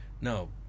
No